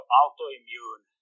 autoimmune